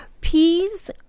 peas